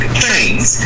trains